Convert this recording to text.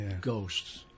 Ghosts